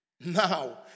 Now